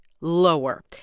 lower